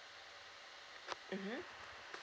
mmhmm